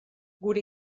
gure